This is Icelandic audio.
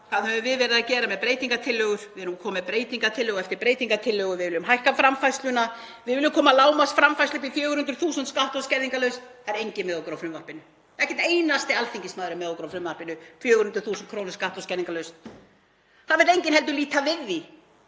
Hvað höfum við verið að gera með breytingartillögur? Við erum að koma með breytingartillögu eftir breytingartillögu. Við viljum hækka framfærsluna, við viljum koma lágmarksframfærslu upp í 400.000 skatta- og skerðingarlaust. Það er enginn með okkur á frumvarpinu, ekki einn einasti alþingismaður er með okkur á frumvarpinu — 400.000 kr. skatta- og skerðingarlaust. Það vill enginn heldur líta við því